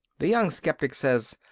the young sceptic says,